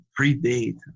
predate